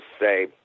say